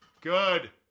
Good